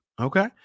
okay